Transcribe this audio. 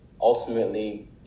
ultimately